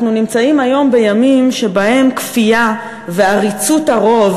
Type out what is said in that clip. אנחנו נמצאים היום בימים שבהם כפייה ועריצות הרוב